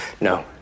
No